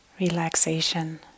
relaxation